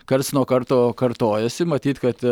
karts nuo karto kartojasi matyt kad